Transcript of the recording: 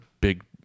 big